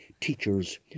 teachers